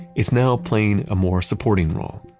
it's now playing a more supporting role.